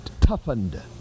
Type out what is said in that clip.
toughened